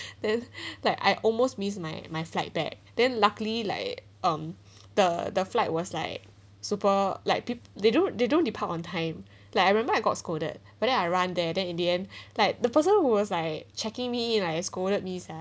then like I almost missed my my flight back then luckily like um the the flight was like super like peop~ they don't they don't depart on time like I remember I got scolded but then I run there then in the end like the person who was like checking me in and like scolded me ah